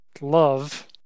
love